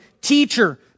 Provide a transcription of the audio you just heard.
Teacher